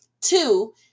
two